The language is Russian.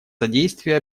содействие